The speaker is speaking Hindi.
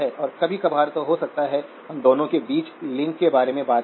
और कभी कभार हो सकता है हम दोनों के बीच लिंक के बारे में बात करते हैं